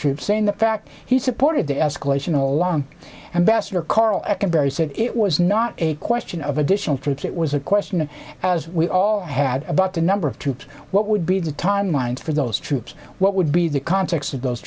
troops in the fact he supported the escalation along and bester coral ecan barry said it was not a question of additional troops it was a question as we all had about the number of troops what would be the timelines for those troops what would be the context of those